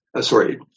sorry